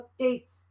updates